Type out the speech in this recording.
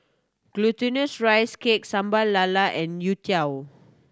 Glutinous Rice Cake Sambal Lala and youtiao